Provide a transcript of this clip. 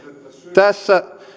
tässä